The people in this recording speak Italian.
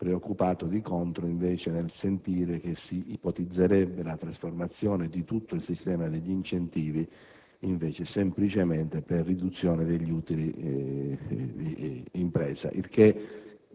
preoccupato, di contro, nel sentire che si ipotizzerebbe la trasformazione di tutto il sistema degli incentivi semplicemente per riduzione degli utili di impresa, il che